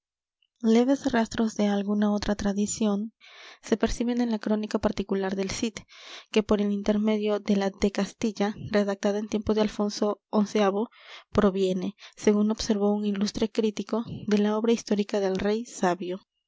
leves rastros de alguna otra tradición se perciben en la crónica particular del cid que por el intermedio de la de castilla redactada en tiempo de alfonso xi proviene según observó un ilustre crítico de la obra histórica del rey sabio